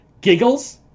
giggles